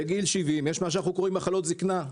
בגיל 70 יש מה שאנחנו קוראים לו מחלות זקנה.